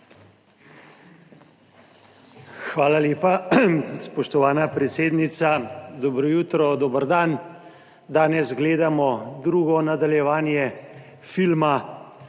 Hvala lepa, spoštovana predsednica, dobro jutro, dober dan. Danes gledamo drugo nadaljevanje filma